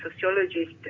sociologist